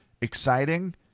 exciting